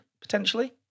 potentially